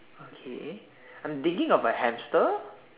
okay I'm thinking of a hamster